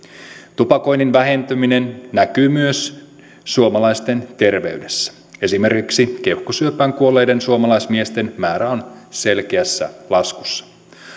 tupakoinnin vähentyminen näkyy myös suomalaisten terveydessä esimerkiksi keuhkosyöpään kuolleiden suomalaismiesten määrä on selkeässä laskussa